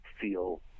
feel